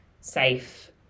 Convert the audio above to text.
safe